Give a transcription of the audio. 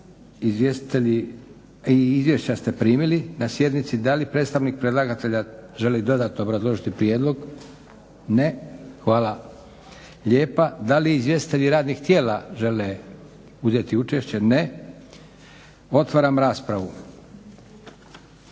izvješća ste primili na sjednici. Da li predstavnik predlagatelja želi dodatno obrazložiti prijedlog? Ne. Hvala lijepa. Dali izvjestitelji radnih tijela žele uzeti učešće? Ne. Otvaram raspravu.